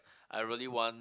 I really want